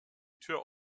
tür